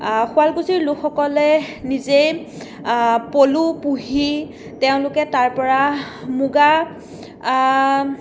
শুৱালকুছিৰ লোকসকলে নিজেই পলু পুহি তেওঁলোকে তাৰপৰা মুগা